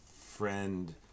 friend